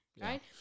right